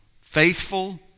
faithful